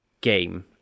game